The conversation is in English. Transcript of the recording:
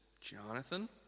Jonathan